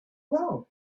wrong